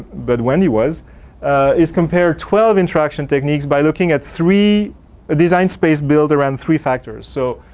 but wendy was it's compared twelve interaction techniques by looking at three design space build around three factors. so,